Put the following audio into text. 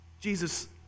Jesus